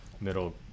middle